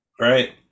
right